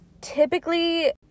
typically